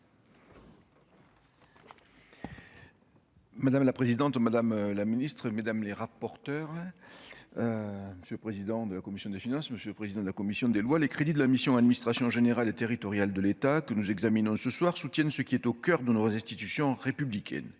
Madame la présidente, madame la ministre, mesdames les rapporteurs, monsieur le président de la commission des finances, monsieur le président de la commission des lois, les crédits de la mission Administration générale et territoriale de l'État que nous examinons ce soir soutiennent ce qui est au coeur de aux institutions républicaines,